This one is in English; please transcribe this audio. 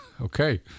okay